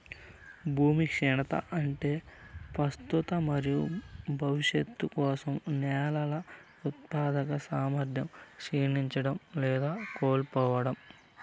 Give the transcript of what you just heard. భూమి క్షీణత అంటే ప్రస్తుత మరియు భవిష్యత్తు కోసం నేలల ఉత్పాదక సామర్థ్యం క్షీణించడం లేదా కోల్పోవడం